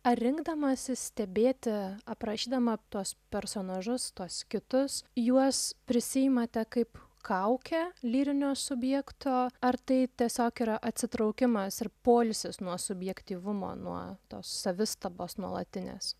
ar rinkdamasi stebėti aprašydama tuos personažus tuos kitus juos prisiimate kaip kaukę lyrinio subjekto ar tai tiesiog yra atsitraukimas ir poilsis nuo subjektyvumo nuo to savistabos nuolatinės